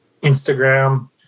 Instagram